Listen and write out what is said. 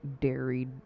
dairy